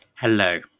Hello